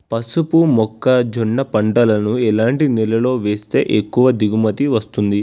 పసుపు మొక్క జొన్న పంటలను ఎలాంటి నేలలో వేస్తే ఎక్కువ దిగుమతి వస్తుంది?